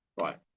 Right